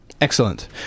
excellent